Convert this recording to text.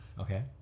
Okay